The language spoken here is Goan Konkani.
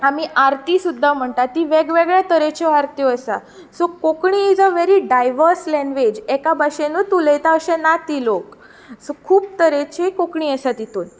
आमी आरती सुद्दां म्हणटात ती वेगवेगळ्या तरेच्यो आरत्यो आसा so Konkani is a very diverse language एका बशेनूच उलयता अशी ना ती लोक सो खूब तरेची कोंकणी आसा तितूंत